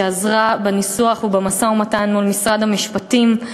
שעזרה בניסוח ובמשא-ומתן מול משרד המשפטים,